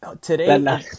today